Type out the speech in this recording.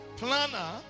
planner